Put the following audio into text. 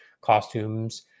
costumes